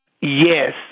yes